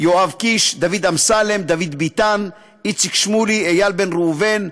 אלי אלאלוף, עודד פורר, איציק שמולי, אילן גילאון,